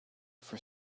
for